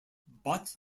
but